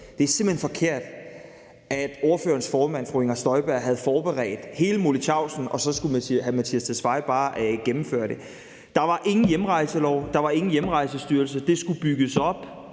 at det simpelt hen er forkert, at ordførerens formand, fru Inger Støjberg, havde forberedt hele molevitten, og så skulle hr. Mattias Tesfaye bare gennemføre det. Der var ingen hjemrejselov, der var ingen Hjemrejsestyrelse. Det skulle bygges op